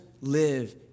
live